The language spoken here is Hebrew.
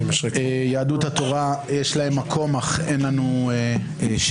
יהדות התורה יש מקום אך אין לנו שמית.